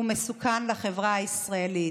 הוא מסוכן לחברה הישראלית.